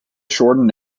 shortened